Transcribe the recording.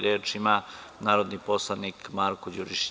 Reč ima narodni poslanik Marko Đurišić.